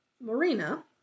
marina